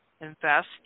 invest